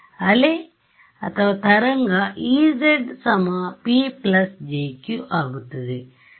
ಅಲೆ ez p jq ಆಗುತ್ತದೆ